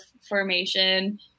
formation